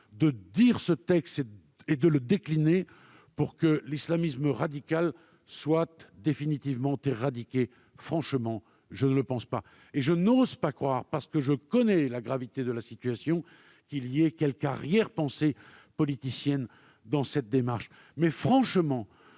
incantatoire et de le décliner pour que l'islamisme radical soit définitivement éradiqué ? Franchement, je ne le pense pas. Je n'ose pas croire, parce que je connais la gravité de la situation, qu'il y ait quelque arrière-pensée politicienne dans cette démarche. Je vous tends